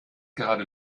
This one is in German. gerade